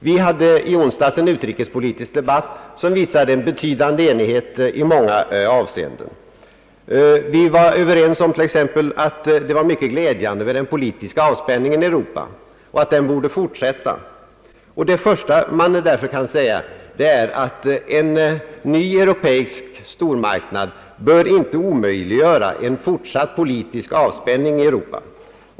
Vi hade i onsdags en utrikespolitisk debatt, som visade en betydande enighet i många avseenden. Vi var överens om t.ex. att det var mycket glädjande med den politiska avspänningen i Europa och att den borde fortsätta. Det första man kan säga är därför, att en ny europeisk stormarknad inte bör omöjliggöra en fortsatt politisk avspänning i Europa.